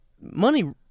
money